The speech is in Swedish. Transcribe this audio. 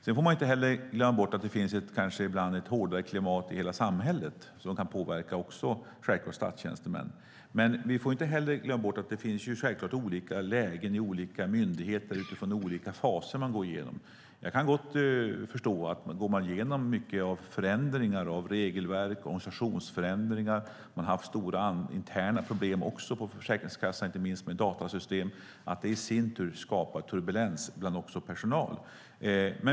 Sedan får man inte glömma bort att det ibland finns ett hårdare klimat i hela samhället. Sådant kan självklart också påverka statstjänstemän. Vi får inte heller glömma bort att det finns olika lägen i olika myndigheter utifrån olika faser de går igenom. Jag kan gott förstå att om man går igenom mycket av förändringar av regelverk och organisationsförändringar skapar det i sin tur turbulens bland personalen. Försäkringskassan har också haft stora interna problem inte minst med datasystem.